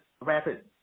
rapid